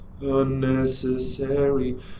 Unnecessary